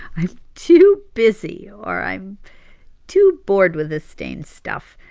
i'm too busy or i'm too bored with this stain stuff.